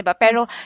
pero